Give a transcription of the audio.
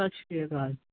ਸਤਿ ਸ੍ਰੀ ਅਕਾਲ